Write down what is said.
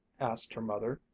asked her mother,